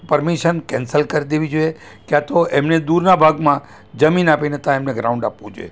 permission cancel કરી દેવી જોએ ક્યાં તો એમને દૂરના ભાગમાં જમીન આપીને ત્યાં એમને ગ્રાઉન્ડ આપવું જોઇએ